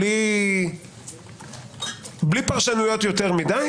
בלי פרשנויות יותר מדי.